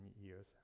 years